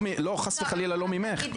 חס וחלילה לא ממך.